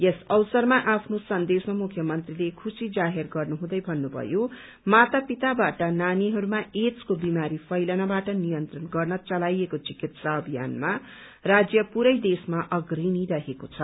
यस अवसरमा आफ्नो सन्देशमा मुख्यमन्त्रीले खुशी जाहेर गर्नुहुँदै भन्नुभयो आमा बाबाबाट नानीहरूमा एड्सको विमारी फैलनबाट नियन्त्रण गर्न चलाइएको चिकित्सा अभियानमा राज्य पुरै देशमा अग्रणी रहेको छ